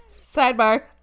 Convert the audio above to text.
sidebar